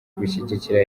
gushyigikira